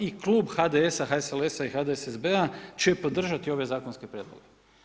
I Klub HDS-a, HSLS-a i HDSSB će podržati ove zakonske prijedloge.